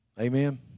Amen